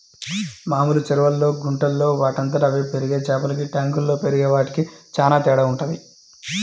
మామూలు చెరువుల్లో, గుంటల్లో వాటంతట అవే పెరిగే చేపలకి ట్యాంకుల్లో పెరిగే వాటికి చానా తేడా వుంటది